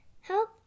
help